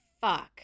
Fuck